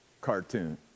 cartoon